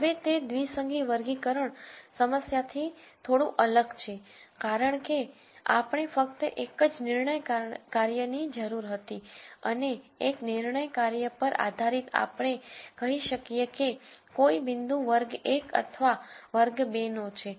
હવે તે દ્વિસંગી વર્ગીકરણ સમસ્યા થી થોડું અલગ છે કારણ કે આપણે ફક્ત એક જ નિર્ણય કાર્યની જરૂર હતી અને એક નિર્ણય કાર્ય પર આધારિત આપણે કહી શકીએ કે કોઈ બિંદુ વર્ગ 1 અથવા વર્ગ 2 નો છે